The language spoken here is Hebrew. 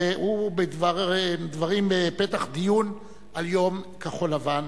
והוא דברים בפתח דיון על "יום כחול-לבן".